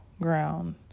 ground